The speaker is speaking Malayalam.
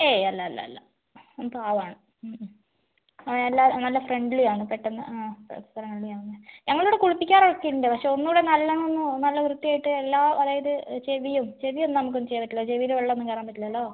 ഏയ് അല്ല അല്ല അല്ല അവൻ പാവമാണ് ആ എല്ലാ നല്ല ഫ്രണ്ട്ലി ആണ് പെട്ടെന്ന് ആ പെട്ടെന്ന് ഫ്രണ്ട്ലി ആവുന്നയ ഞങ്ങളിവിടെ കുളിപ്പിക്കാറൊക്കെയിണ്ട് പക്ഷേ ഒന്നൂടെ നല്ലോണം ഒന്ന് നല്ല വൃത്തിയായിട്ട് എല്ലാ അതായത് ചെവിയും ചെവിയൊന്നും നമുക്കൊന്നും ചെയ്തിട്ടില്ല ചെവിയിൽ വെള്ളൊന്നും കയ്റാൻ പറ്റില്ലല്ലോ